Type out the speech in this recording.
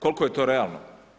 Koliko je to realno?